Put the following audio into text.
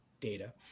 data